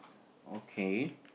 okay